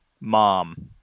Mom